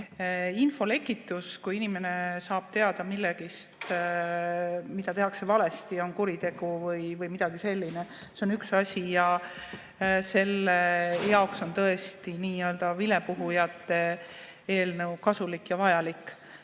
Infolekitus, kui inimene saab teada millestki, mida tehakse valesti, kui on kuritegu või midagi sellist, on üks asi ja selle jaoks on tõesti nii-öelda vilepuhujate eelnõu kasulik ja vajalik.